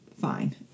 Fine